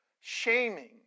shaming